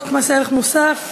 הצעת חוק מס ערך מוסף (תיקון,